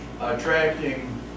attracting